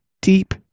deep